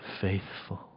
faithful